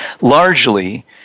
largely